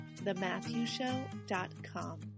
thematthewshow.com